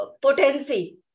potency